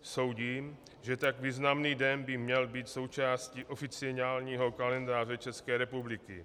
Soudím, že tak významný den by měl být součástí oficiálního kalendáře České republiky.